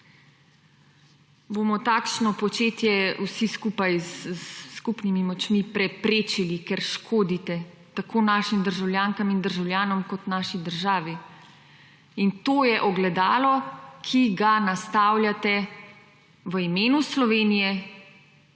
bomo takšno početje vsi skupaj, s skupnimi močmi, preprečili, ker škodite, tako našim državljankam in državljanom, kot naši državi in to je ogledalo, ki ga nastavljate, v imenu Slovenije,